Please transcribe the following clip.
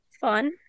fun